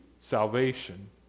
salvation